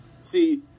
see